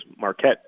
Marquette